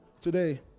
Today